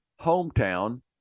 hometown